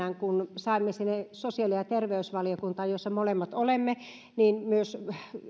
kun saimme sinne sosiaali ja terveysvaliokuntaan jossa molemmat olemme myös